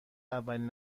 اولین